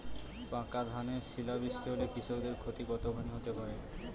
পাকা ধানে শিলা বৃষ্টি হলে কৃষকের ক্ষতি কতখানি হতে পারে?